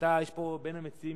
הצעתי ביקורת המדינה.